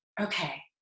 Okay